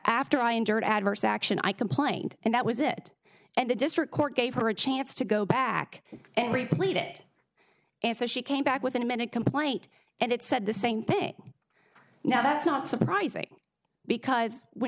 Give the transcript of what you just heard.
after i endured adverse action i complained and that was it and the district court gave her a chance to go back and replayed it and so she came back with an amended complaint and it said the same thing now that's not surprising because when